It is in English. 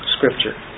scripture